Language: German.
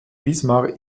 wismar